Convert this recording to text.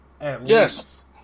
Yes